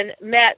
met